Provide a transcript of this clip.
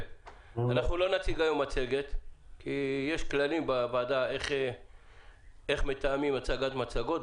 אנחנו לא נציג היום מצגת כי יש כללים בוועדה איך מתאמים הצגת מצגות,